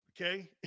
Okay